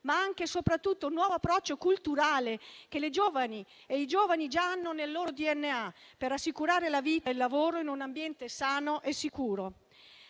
ma anche e soprattutto culturale, che le giovani e i giovani già hanno nel loro DNA, per assicurare la vita e il lavoro in un ambiente sano e sicuro.